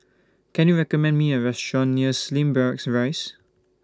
Can YOU recommend Me A Restaurant near Slim Barracks Rise